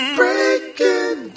breaking